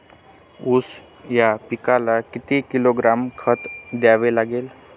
ऊस या पिकाला किती किलोग्रॅम खत द्यावे लागेल?